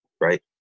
right